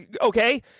okay